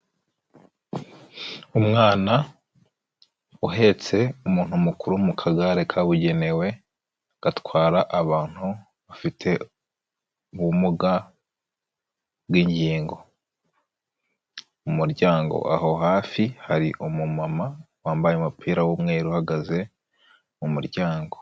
Umwana uhetse umuntu mukuru mu kagare kabugenewe gatwara abantu bafite ubumuga bw'ingingo, mu muryango aho hafi hari umumama wambaye umupira w'umweru uhagaze mu muryango.